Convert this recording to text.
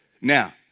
Now